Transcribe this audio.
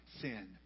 sin